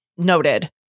noted